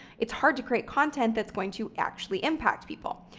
it's hard to create content that's going to actually impact people.